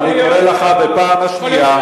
אני קורא לך בפעם השנייה.